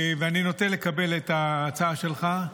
אני נוטה לקבל את ההצעה שלך.